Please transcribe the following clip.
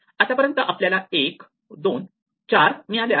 आतापर्यंत आपल्याला 1 2 4 मिळाले आहे